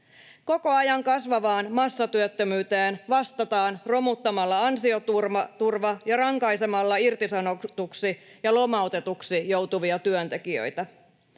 Koko ajan kasvavaan massatyöttömyyteen vastataan romuttamalla ansioturva ja rankaisemalla irtisanotuksi ja lomautetuksi joutuvia työntekijöitä.